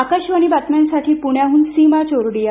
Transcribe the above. आकाशवाणीच्या बातम्यांसाठी पुण्याहून सीमा चोरडिया